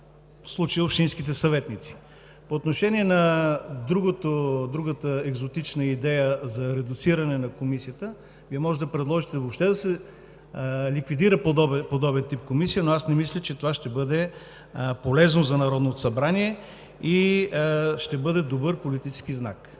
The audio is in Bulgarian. в случая общинските съветници. Другата екзотична идея – за редуциране на Комисията. Вие може да предложите въобще да се ликвидира подобен тип комисия, но аз не мисля, че това ще бъде полезно за Народното събрание и ще бъде добър политически знак.